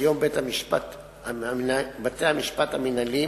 כיום בתי-המשפט המינהליים